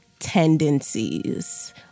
tendencies